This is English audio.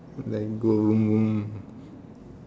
like go